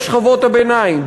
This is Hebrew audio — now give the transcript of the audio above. בשכבות הביניים,